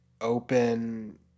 open –